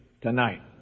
tonight